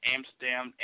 Amsterdam